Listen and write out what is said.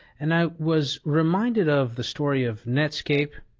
and i was reminded of the story of netscape,